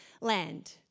land